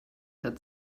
had